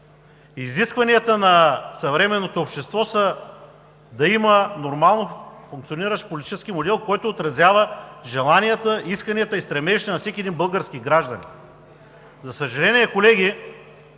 Изискванията на съвременното общество са да има нормално функциониращ политически модел, който отразява желанията, исканията и стремежите на всеки един български гражданин. За съжаление, колеги,